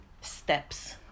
steps